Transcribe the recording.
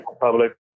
public